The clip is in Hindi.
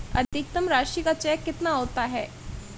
अधिकतम राशि का चेक कितना होता है?